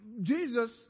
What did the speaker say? Jesus